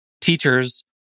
teachers